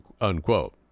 Unquote